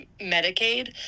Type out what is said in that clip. Medicaid